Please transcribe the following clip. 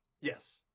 Yes